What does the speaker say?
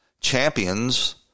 champions